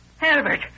Albert